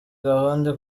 gahunda